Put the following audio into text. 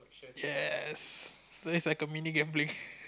yes today is like a mini game play